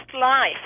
life